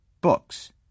books